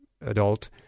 adult